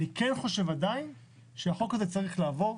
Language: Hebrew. אני עדיין חושב, שהחוק הזה צריך לעבור.